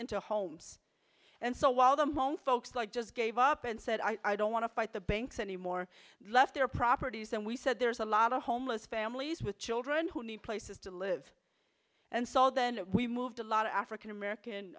into homes and so while them home folks like just gave up and said i don't want to fight the banks anymore left their properties and we said there's a lot of homeless families with children who need places to live and so then we moved a lot of african